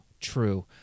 true